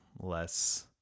Less